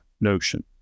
Notion